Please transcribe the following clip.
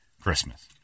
Christmas